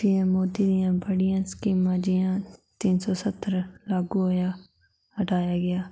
PM Modi दियां बड़ियां स्कीमां जियां तिन सौ स्हत्तर लागू होआ हटाया गेआ